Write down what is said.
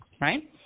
right